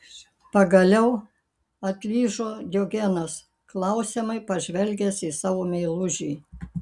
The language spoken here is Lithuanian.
pagaliau atlyžo diogenas klausiamai pažvelgęs į savo meilužį